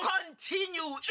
Continue